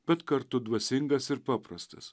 bet kartu dvasingas ir paprastas